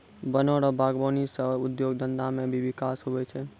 वन रो वागबानी सह उद्योग धंधा मे भी बिकास हुवै छै